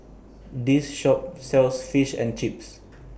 This Shop sells Fish and Chips